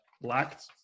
lacked